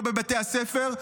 לא בבתי הספר,